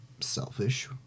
selfish